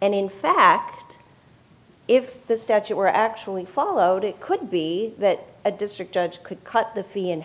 and in fact if the statute were actually followed it could be that a district judge could cut the fee and